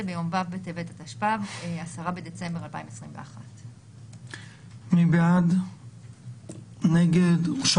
ביום ו' בטבת התשפ"ב (10 בדצמבר 2021). מי בעד אישור התקנות?